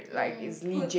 mm who